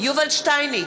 יובל שטייניץ,